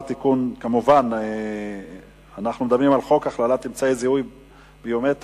אנחנו מדברים על חוק הכללת אמצעי זיהוי ביומטריים